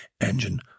engine